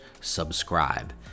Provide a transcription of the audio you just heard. subscribe